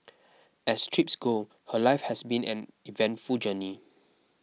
as trips go her life has been an eventful journey